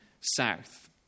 south